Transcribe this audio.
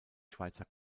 schweizer